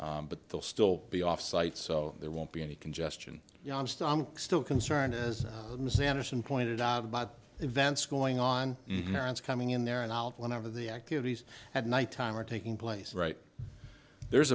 time but they'll still be offsite so there won't be any congestion yeah i'm still i'm still concerned as sanderson pointed out about events going on coming in there and out whenever the activities at night time are taking place right there is